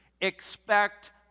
Expect